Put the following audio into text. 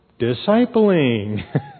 discipling